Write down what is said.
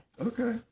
Okay